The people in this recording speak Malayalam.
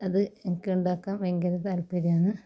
അത് എനിക്ക് ഉണ്ടാക്കാൻ ഭയങ്കര താൽപ്പര്യാന്ന്